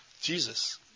Jesus